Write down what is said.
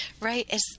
right